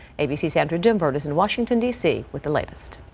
abc center, denver does in washington dc with the latest.